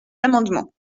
amendements